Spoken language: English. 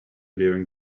wearing